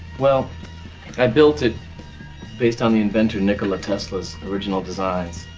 well i built it based on the inventor, nikola tesla's original designs.